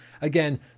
Again